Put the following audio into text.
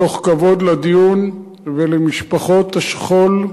מתוך כבוד לדיון ולמשפחות השכול,